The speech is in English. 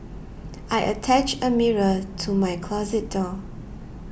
I attached a mirror to my closet door